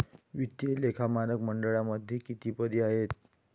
वित्तीय लेखा मानक मंडळामध्ये किती पदे आहेत?